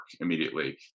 immediately